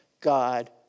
God